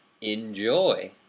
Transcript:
Enjoy